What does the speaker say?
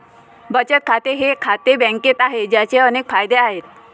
बचत खाते हे खाते बँकेत आहे, ज्याचे अनेक फायदे आहेत